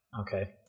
Okay